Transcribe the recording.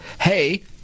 Hey